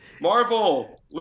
Marvel